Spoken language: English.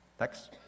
Next